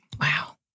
Wow